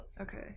Okay